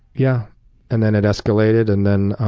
yeah and then it escalated, and then